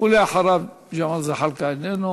ולאחריו ג'מאל זחאלקה, איננו.